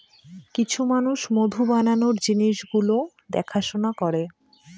কিছু মানুষ মধু বানানোর জিনিস গুলো দেখাশোনা করে